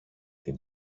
την